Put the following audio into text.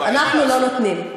טוב, אנחנו לא נותנים.